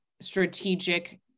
strategic